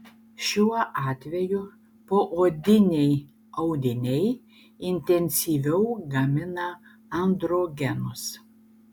šiuo atveju poodiniai audiniai intensyviau gamina androgenus